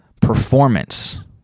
performance